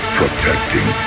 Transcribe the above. protecting